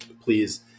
please